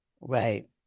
Right